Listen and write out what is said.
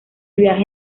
viaje